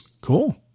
Cool